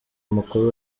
mukuru